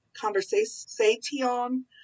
Conversation